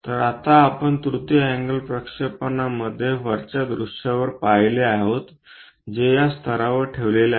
तर आता आपण तृतीय अँगल प्रक्षेपणमध्ये वरच्या दृश्यावर पाहिले आहोत जे या स्तरावर ठेवलेले आहे